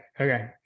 okay